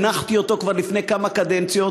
הנחתי אותו כבר לפני כמה קדנציות,